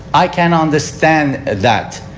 i can't understand that.